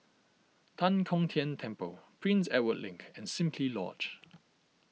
Tan Kong Tian Temple Prince Edward Link and Simply Lodge